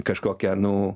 kažkokia nu